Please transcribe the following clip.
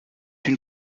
une